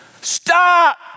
Stop